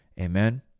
Amen